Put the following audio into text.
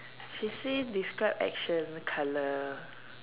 she say describe action colour